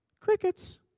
Crickets